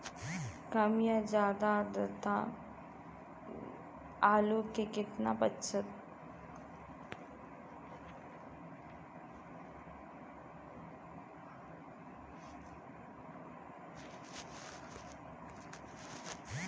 कम या ज्यादा आद्रता आलू के कितना प्रभावित कर सकेला?